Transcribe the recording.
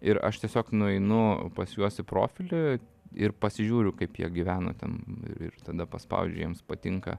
ir aš tiesiog nueinu pas juos į profilį ir pasižiūriu kaip jie gyvena ten ir tada paspaudžiu jiems patinka